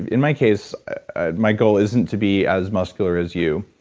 in my case ah my goal isn't to be as muscular as you,